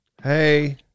Hey